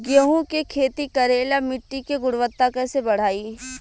गेहूं के खेती करेला मिट्टी के गुणवत्ता कैसे बढ़ाई?